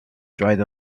dried